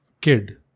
kid